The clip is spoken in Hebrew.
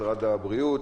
משרד הבריאות,